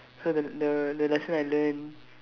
so the the the lesson I learnt